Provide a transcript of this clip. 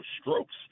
strokes